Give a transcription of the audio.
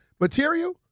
material